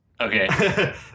Okay